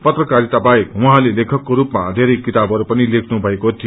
पत्रकारिता बाहेक उहाँले लेखकको रूपमा वेरै किताबहरू पनि लेख्नु थएको थियो